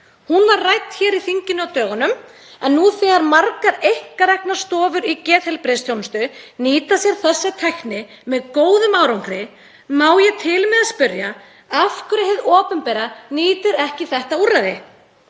Hún var rædd í þinginu á dögunum en nú þegar margar einkareknar stofur í geðheilbrigðisþjónustu nýta sér þessa tækni með góðum árangri má ég til með að spyrja af hverju hið opinbera nýtir ekki þetta úrræði.